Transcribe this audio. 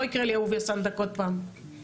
לא יקרה אהוביה סנדק עוד פעם.